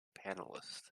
panelist